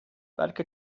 بلکه